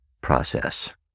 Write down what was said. process